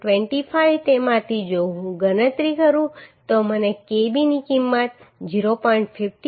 25 તેમાંથી જો હું ગણતરી કરું તો મને Kb ની કિંમત 0